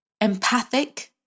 empathic